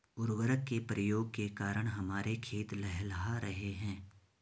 उर्वरक के प्रयोग के कारण हमारे खेत लहलहा रहे हैं